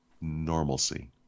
normalcy